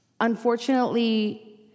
unfortunately